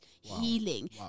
healing